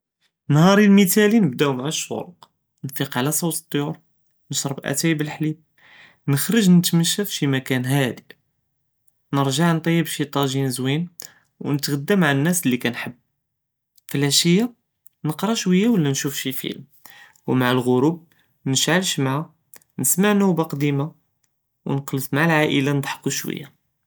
נהארי אלמת'אלי נבדאוה מע שורוק، נפיק עלא סות טיור נשרב אתאי בלחليب נכרוג נתמשא פשי מאכאן האדא، נרזע נטייב שי טאדזשין זוין ונתע׳דא מע נאס לי כנחבם، פלאעשיה נקרא שוויה ולא נשוף שי פילם ומע אלע׳רוב נשע׳ל שמעה נסמע נובה קדימה ונקע׳ד מע אלעאילה נדחקו שוויה.